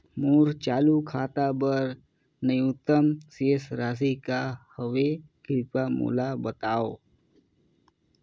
मोर चालू खाता बर न्यूनतम शेष राशि का हवे, कृपया मोला बतावव